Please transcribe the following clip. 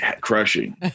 crushing